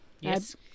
Yes